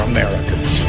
Americans